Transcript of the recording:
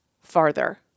farther